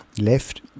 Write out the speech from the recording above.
Left